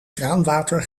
kraanwater